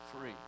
free